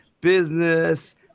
business